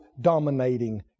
dominating